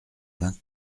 vingt